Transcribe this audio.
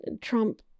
Trump